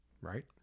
right